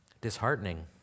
disheartening